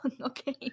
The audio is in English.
Okay